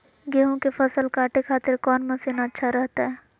गेहूं के फसल काटे खातिर कौन मसीन अच्छा रहतय?